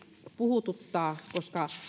puhututtaa koska